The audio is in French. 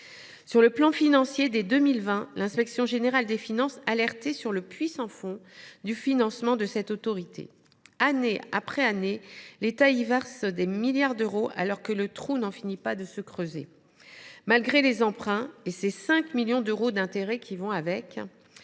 Sur le plan financier, dès 2020, l’inspection générale des finances alertait sur le puits sans fond que constitue le financement de cette autorité. Année après année, l’État verse des milliards d’euros, tandis que le trou n’en finit plus de se creuser. Malgré les emprunts et les 5 millions d’euros d’intérêts qui vont avec,